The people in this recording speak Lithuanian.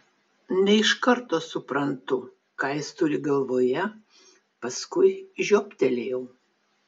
ne iš karto suprantu ką jis turi galvoje paskui žioptelėjau